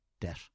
debt